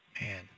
Man